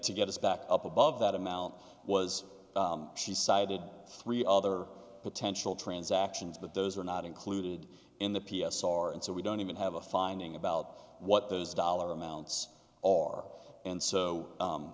to get us back up above that amount was she sided three other potential transactions but those are not included in the p s r and so we don't even have a finding about what those dollar amounts are and so